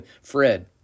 Fred